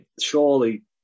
Surely